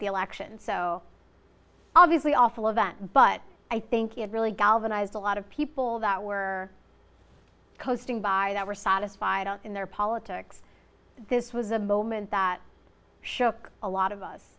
the election so obviously awful event but i think it really galvanized a lot of people that were coasting by that were satisfied in their politics this was a moment that shock a lot of us